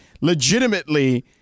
Legitimately –